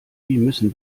müssen